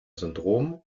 syndrom